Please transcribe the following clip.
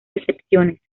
excepciones